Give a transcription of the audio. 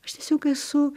aš tiesiog esu